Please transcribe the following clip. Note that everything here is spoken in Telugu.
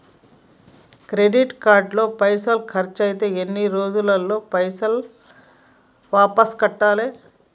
క్రెడిట్ కార్డు లో పైసల్ ఖర్చయితే ఎన్ని రోజులల్ల పైసల్ వాపస్ కట్టాలే?